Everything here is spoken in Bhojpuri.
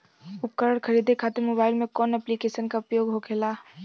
उपकरण खरीदे खाते मोबाइल में कौन ऐप्लिकेशन का उपयोग होखेला?